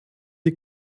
die